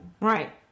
Right